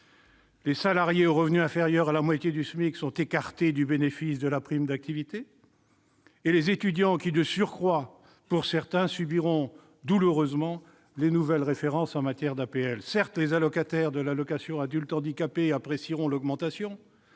Les salariés aux revenus inférieurs à la moitié du SMIC sont écartés du bénéfice de la prime d'activité, de même que les étudiants qui, de surcroît, pour certains, subiront douloureusement les nouvelles références en matière d'APL. Certes, les bénéficiaires de l'allocation aux adultes handicapés apprécieront l'augmentation,